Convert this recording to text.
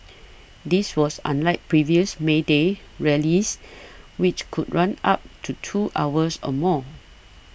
this was unlike previous May Day rallies which could run up to two hours or more